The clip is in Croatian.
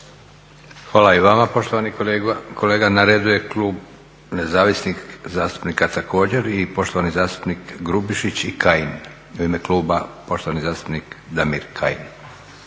Hvala i vama poštovani kolega. Na redu je Klub Nezavisnih zastupnika također i poštovani zastupnik Grubišić i Kajin. U ime kluba poštovani zastupnik Damir Kajin.